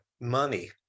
money